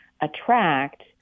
attract